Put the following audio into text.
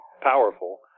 powerful